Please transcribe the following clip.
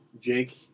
Jake